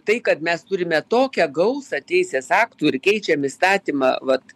tai kad mes turime tokią gausą teisės aktų ir keičiam įstatymą vat